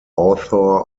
author